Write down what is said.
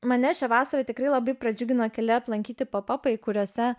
mane šią vasarą tikrai labai pradžiugino keli aplankyti pop apai kuriose